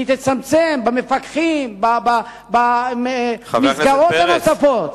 היא תצמצם במפקחים, במסגרות הנוספות.